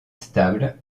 stable